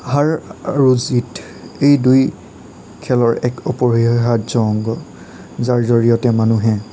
হাৰ আৰু জিত এই দুই খেলৰ এক অপৰি হাৰ্য অংগ যাৰ জৰিয়তে মানুহে